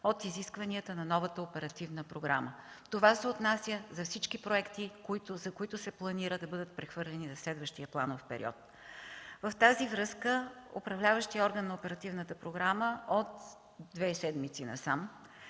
от изискванията на новата оперативна програма. Това се отнася за всички проекти, за които се планира да бъдат прехвърлени за следващия планов период. В тази връзка управляващият орган на оперативната програма от две седмици насам